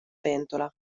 pentola